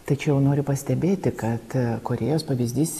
tačiau noriu pastebėti kad korėjos pavyzdys